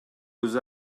өзү